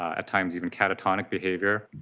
at times even catatonic behavior.